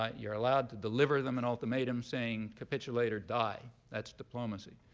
ah you're allowed to deliver them an ultimatum saying, capitulate or die. that's diplomacy.